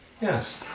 Yes